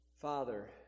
Father